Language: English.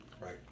Right